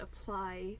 apply